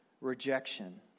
rejection